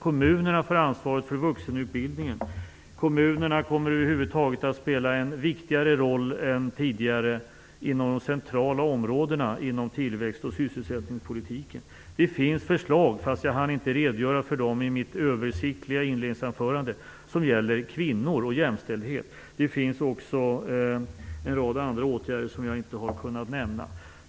Kommunerna får ansvaret för vuxenutbildningen. De kommer över huvud taget att spela en viktigare roll än tidigare inom de centrala områdena när det gäller tillväxt och sysselsättningspolitiken. Det finns förslag, som jag inte hann redogöra för i mitt översiktliga anförande, som gäller kvinnor och jämställdhet. Det finns också en rad andra åtgärder som jag inte har hunnit att nämna.